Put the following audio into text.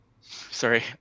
sorry